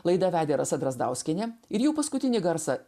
laidą vedė rasa drazdauskienė ir jau paskutinį garsą